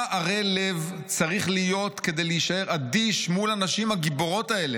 "כמה ערל לב צריך להיות כדי להישאר אדיש מול הנשים הגיבורות האלה?